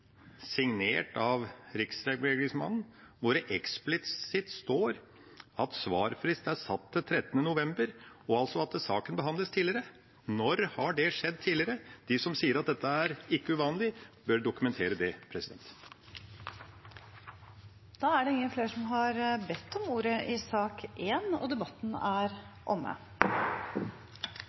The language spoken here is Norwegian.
signert av Riksmekleren, hvor det eksplisitt står at svarfrist er satt til 13. november, og at saken behandles tidligere. Når har det skjedd tidligere? De som sier at dette ikke er uvanlig, bør dokumentere det. Flere har ikke bedt om ordet til sak nr. 1. Etter ønske fra utdannings- og forskningskomiteen vil presidenten ordne debatten